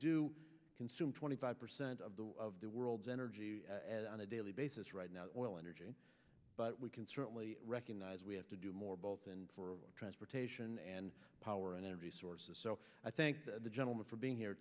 do consume twenty five percent of the of the world's energy as on a daily basis right now voile energy but we can certainly recognize we have to do more both in transportation and power and energy sources so i think the gentleman for being here